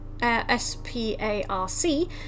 S-P-A-R-C